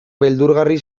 beldurgarri